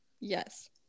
Yes